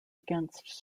against